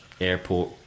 airport